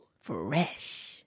Fresh